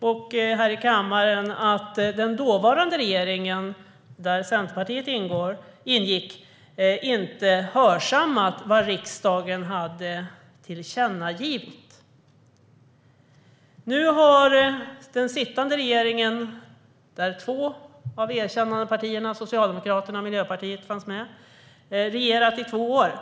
och här i kammaren att den dåvarande regeringen, där Centerpartiet ingick, inte hörsammat vad riksdagen hade tillkännagivit. Nu har den sittande regeringen där två av erkännandepartierna, Socialdemokraterna och Miljöpartiet, fanns med regerat i snart två år.